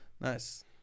nice